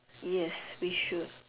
yes we should